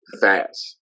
fast